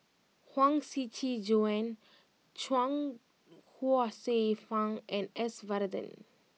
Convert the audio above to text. Huang Shiqi Joan Chuang Hsueh Fang and S Varathan